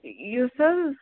یُس حظ